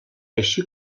així